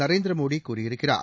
நரேந்திரமோடி கூறியிருக்கிறார்